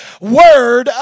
Word